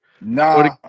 No